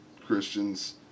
Christians